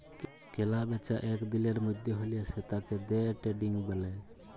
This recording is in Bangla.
কেলা বেচা এক দিলের মধ্যে হ্যলে সেতাকে দে ট্রেডিং ব্যলে